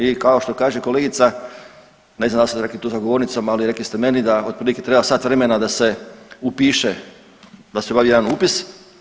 I kao što kaže kolegica ne znam da li ste to rekli tu za govornicom, ali rekli ste meni da otprilike treba sat vremena da se upiše da se ulogira jedan upis.